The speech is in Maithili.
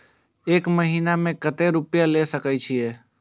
एक महीना में केते रूपया ले सके छिए?